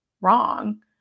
wrong